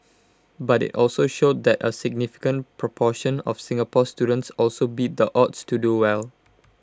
but IT also showed that A significant proportion of Singapore students also beat the odds to do well